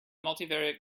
multivariate